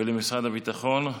ולמשרד הביטחון,